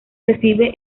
recibe